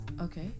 Okay